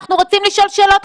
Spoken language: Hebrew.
אנחנו רוצים לשאול שאלות,